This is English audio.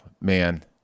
Man